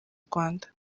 rwanda